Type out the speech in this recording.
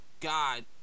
God